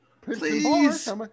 Please